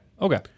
okay